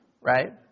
Right